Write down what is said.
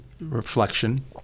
reflection